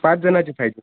पाचजणाची पाहिजे